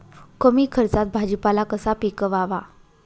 कमी खर्चात भाजीपाला कसा पिकवावा?